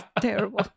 terrible